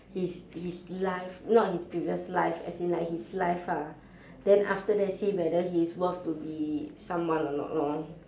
his his life not his previous life as in like his life ah then after that see whether he's worth to be someone or not lor